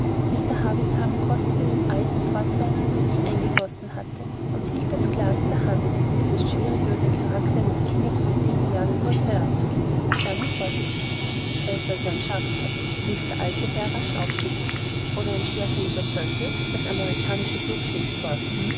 mr havisham kostete den alten portwein den er sich eingegossen hatte und hielt das glas in der hand es ist schwierig über den charakter eines kindes von sieben jahren ein urteil abzugeben begann er vorsichtig er ist also ein schafskopf rief der alte herr rasch aufblickend oder ein schwerfälliger tölpel das amerikanische blut schlägt vor